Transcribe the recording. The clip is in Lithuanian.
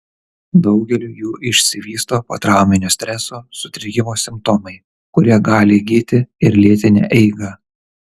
daugeliui jų išsivysto potrauminio streso sutrikimo simptomai kurie gali įgyti ir lėtinę eigą